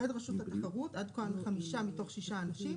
עובד רשות התחרות עד כה חמישה מתוך שישה אנשים